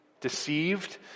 Deceived